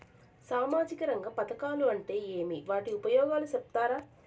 సామాజిక రంగ పథకాలు అంటే ఏమి? వాటి ఉపయోగాలు సెప్తారా?